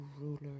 ruler